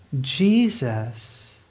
Jesus